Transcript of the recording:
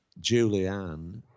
Julianne